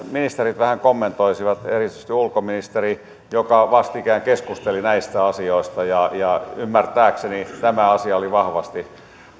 ministerit vähän kommentoisivat erityisesti ulkoministeri joka vastikään keskusteli näistä asioista ja ja ymmärtääkseni tämä asia oli vahvasti